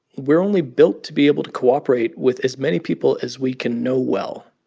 we're only built to be able to cooperate with as many people as we can know well.